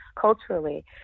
culturally